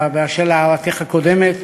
באשר להערתך הקודמת,